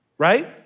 Right